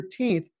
13th